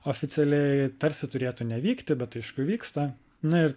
oficialiai tarsi turėtų nevykti bet aišku vyksta na ir